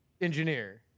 engineer